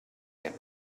him